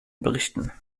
berichten